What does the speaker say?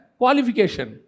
qualification